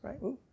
right